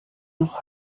noch